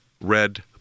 red